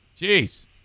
Jeez